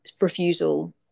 refusal